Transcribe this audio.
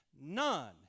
none